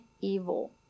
evil